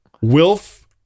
Wilf